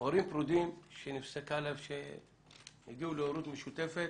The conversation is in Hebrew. הורים פרודים שנפסקה להם שהגיעו להורות משותפת,